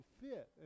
fit